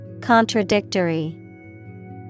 Contradictory